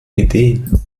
ideen